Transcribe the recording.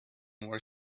were